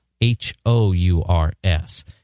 H-O-U-R-S